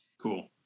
Cool